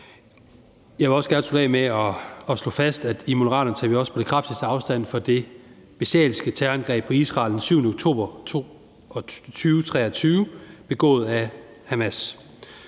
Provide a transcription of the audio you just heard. Jeg vil gerne slutte af med at slå fast, at i Moderaterne tager vi også på det kraftigste afstand fra det bestialske terrorangreb mod Israel den 7. oktober 2023 begået af Hamas.